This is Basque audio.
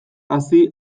hazi